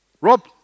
Rob